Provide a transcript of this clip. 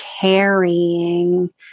carrying